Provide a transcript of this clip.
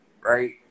right